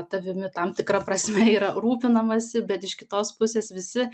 tavimi tam tikra prasme yra rūpinamasi bet iš kitos pusės visi